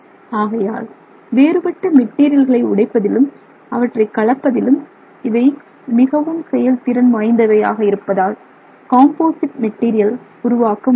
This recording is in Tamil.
ஆகையால் வேறுபட்ட மெட்டீரியல்களை உடைப்பதிலும் அவற்றை கலப்பதிலும் இவை மிகவும் மிகவும் செயல்திறன் வாய்ந்தவை ஆக இருப்பதால் காம்போசிட் மெட்டீரியல் உருவாக்க முடிகிறது